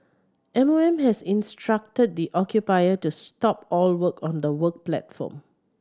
M O M has instructed the occupier to stop all work on the work platform